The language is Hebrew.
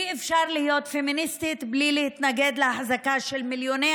אי-אפשר להיות פמיניסטית בלי להתנגד להחזקה של מיליוני